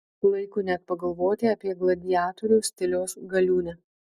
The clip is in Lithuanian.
klaiku net pagalvoti apie gladiatorių stiliaus galiūnę